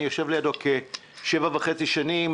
אני יושב לידו כשבע וחצי שנים.